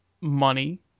money